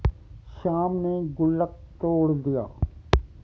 श्याम ने गुल्लक तोड़ दिया